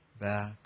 back